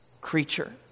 creature